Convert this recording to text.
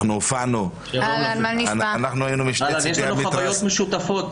יש לנו חוויות משותפות.